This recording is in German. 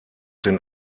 den